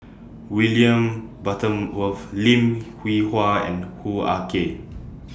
William Butterworth Lim Hwee Hua and Hoo Ah Kay